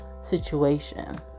situation